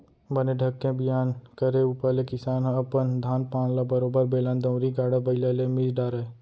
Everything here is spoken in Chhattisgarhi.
बने ढंग के बियान करे ऊपर ले किसान ह अपन धान पान ल बरोबर बेलन दउंरी, गाड़ा बइला ले मिस डारय